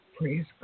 Praise